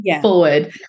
forward